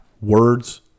Words